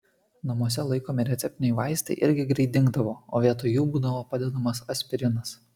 namuose laikomi receptiniai vaistai irgi greit dingdavo o vietoj jų būdavo padedamas aspirinas